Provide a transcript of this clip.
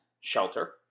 shelter